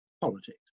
politics